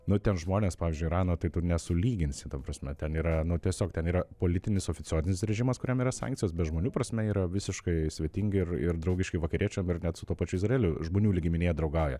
nu ten žmonės pavyzdžiui irano tai tu nesulyginsi ta prasme ten yra nu tiesiog ten yra politinis oficiorinis režimas kuriam yra sankcijos bet žmonių prasme yra visiškai svetingi ir ir draugiški vakariečiam ir net su tuo pačiu izraeliu žmonių lygmenyje draugauja